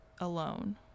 alone